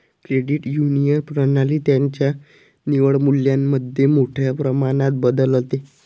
credit union प्रणाली त्यांच्या निव्वळ मूल्यामध्ये मोठ्या प्रमाणात बदलते